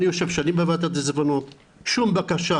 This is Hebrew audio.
אני יושב שנים בוועדת עיזבונות, שום בקשה